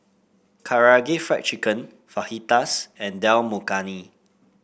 Karaage Fried Chicken Fajitas and Dal Makhani